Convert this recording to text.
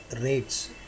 rates